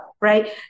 right